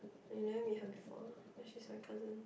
but you never meet her before ah but she's my cousin